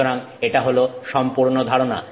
সুতরাং এটা হল সম্পূর্ণ ধারণা